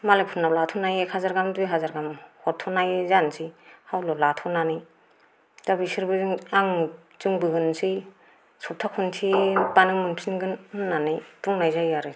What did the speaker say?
मालायफोरनाव लाथ'ना एक हाजार गाहाम दुइ हाजार गाहाम हरथ'नाय जानोसै हाउलात लाथनानै दा बिसोरबो आं जोंबो होननोसै सप्ता खनसे बानो मोनफिनगोन होननानै बुंनाय जायो आरो